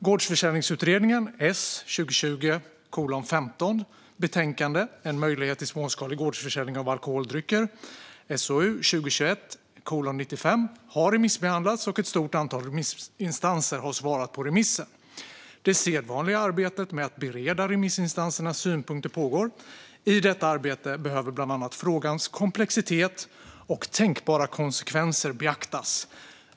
Gårdsförsäljningsutredningens betänkande En möjlighet till småskalig gårdsförsäljning av alkoholdrycker har remissbehandlats, och ett stort antal remissinstanser har svarat på remissen. Det sedvanliga arbetet med att bereda remissinstansernas synpunkter pågår. I detta arbete behöver bland annat frågans komplexitet och tänkbara konsekvenser beaktas.